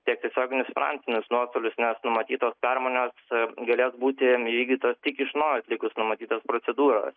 tiek tiesioginius finansinius nuostolius nes numatytos permainos galės būti įvykdytos tik iš naujo atlikus numatytas procedūras